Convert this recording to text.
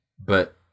But-